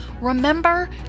Remember